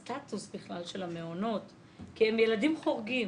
הסטטוס בכלל של המעונות כי הם ילדים חורגים.